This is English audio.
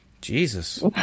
Jesus